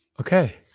okay